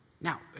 Now